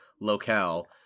locale